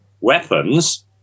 weapons